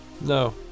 No